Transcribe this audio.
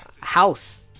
house